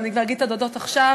אבל אני אגיד את התודות כבר עכשיו,